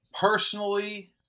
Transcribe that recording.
personally